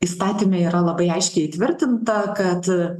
įstatyme yra labai aiškiai įtvirtinta kad